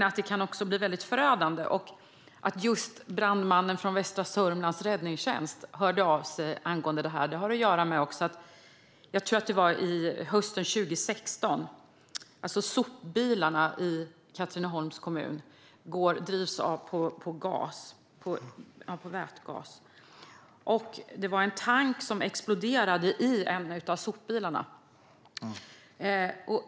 Att brandmannen som ringde mig kom just från Västra Sörmlands Räddningstjänst angående det här har att göra med något som hände hösten 2016, tror jag att det var. Sopbilarna i Katrineholms kommun drivs på vätgas, och en tank exploderade i en av sopbilarna.